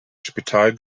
spital